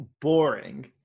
boring